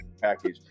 package